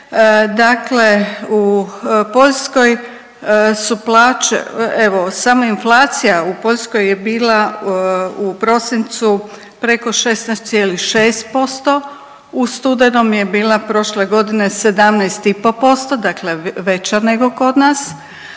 dakle u Poljskoj su plaće evo samo inflacija u Poljskoj je bila u prosincu preko 16,6% u studenom je bila prošle godine 17,5% dakle veća nego kod nas,